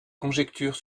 conjectures